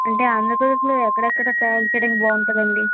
అంటే ఆంధ్రప్రదేశ్లో ఎక్కడెక్కడ ట్రావెల్ చేయడానికి బాగుంటుంది అండి